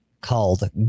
called